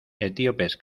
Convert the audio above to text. etíopes